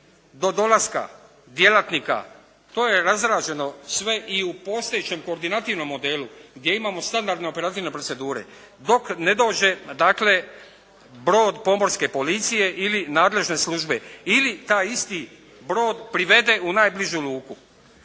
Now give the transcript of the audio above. do dolaska djelatnika. To je razrađeno sve i u postojećem koordinativnom modelu gdje imamo standardne operativne procedure, dok ne dođe dakle brod pomorske policije ili nadležne službe ili taj isti brod privede u najbližu luku.